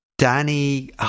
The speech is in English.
Danny